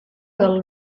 del